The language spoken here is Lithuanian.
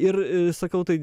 ir sakau tai